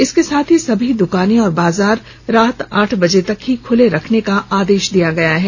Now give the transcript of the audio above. इसके साथ ही सभी द्कानें और बाजार रात आठ बजे तक ही खुला रखने का आदेश दिया गया है